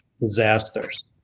disasters